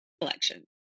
collection